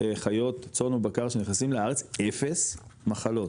חיות צאן ובקר שנכנסים לארץ אפס מחלות,